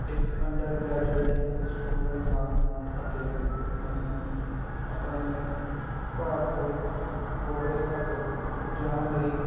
ਇੱਕ undergraduate student ਹਾਂ ਅਤੇ ਮੈਨੂੰ ਆਪਣੇ ਘਰ ਤੋਂ ਕਾਲਜ ਤੱਕ ਜਾਣ ਲਈ